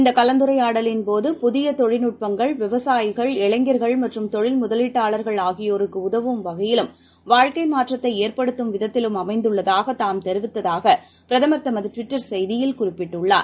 இந்தகலந்துரையாடலின்போது புதியதொழில்நுட்பங்கள் விவசாயிகள் இளைஞர்கள் மற்றும் தொழில் ஆகியோருக்குஉதவும் வகையிறும் வாழ்க்கைமாற்றத்தைஏற்படுத்தும் முதலீட்டாளர்கள் விதத்திலும் அமைந்துள்ளதாகதாம் தெரிவித்ததாக பிரதமர் தமதுட்விட்டர் செய்தியில் குறிப்பிட்டுள்ளார்